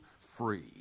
free